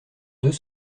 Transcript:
deux